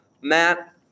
Matt